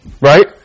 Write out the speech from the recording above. Right